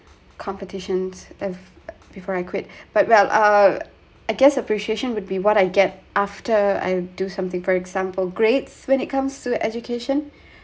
competitions have before I quit but well uh I guess appreciation would be what I get after I do something for example grades when it comes to education